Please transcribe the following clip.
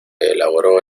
elaboró